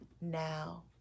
now